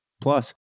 Plus